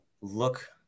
look